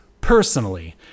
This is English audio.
personally